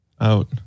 out